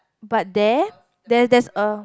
but there there there's a